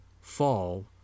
fall